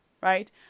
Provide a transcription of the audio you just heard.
right